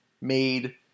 made